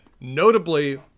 notably